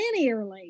linearly